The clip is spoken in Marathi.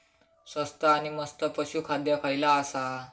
स्वस्त आणि मस्त पशू खाद्य खयला आसा?